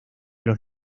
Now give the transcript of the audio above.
los